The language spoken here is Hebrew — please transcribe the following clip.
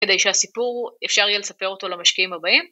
כדי שהסיפור אפשר יהיה לספר אותו למשקיעים הבאים